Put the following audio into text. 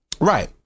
Right